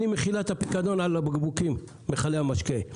אני מכינה את הפיקדון על מכלי המשקה,